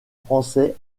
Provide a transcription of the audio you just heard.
français